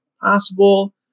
possible